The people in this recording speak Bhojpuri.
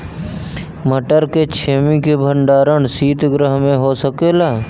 मटर के छेमी के भंडारन सितगृह में हो सकेला?